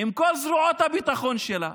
עם כל זרועות הביטחון שלה,